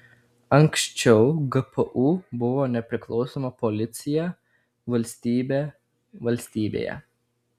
anksčiau gpu buvo nepriklausoma policija valstybė valstybėje